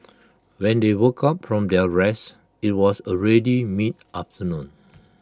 when they woke up from their rest IT was already mid afternoon